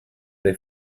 the